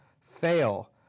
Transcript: fail